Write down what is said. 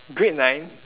grade nine